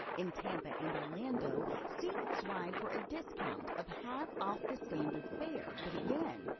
in tampa and orlando, seniors ride for a discount of half off the standard fare, but again,